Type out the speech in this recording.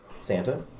santa